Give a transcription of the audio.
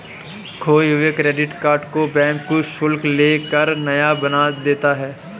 खोये हुए credit card को बैंक कुछ शुल्क ले कर नया बना देता है